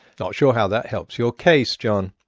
not sure how that helps your case, john.